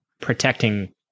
Protecting